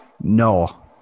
No